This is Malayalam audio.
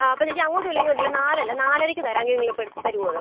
ആ അപ്പം ചേച്ചി അങ്ങോട്ടും ഇല്ല ഇങ്ങോട്ടും ഇല്ല നാലല്ല നാലരക്ക് തരാം എങ്കിൽ ഇപ്പം തരുവോ അത്